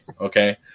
Okay